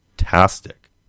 fantastic